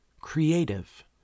creative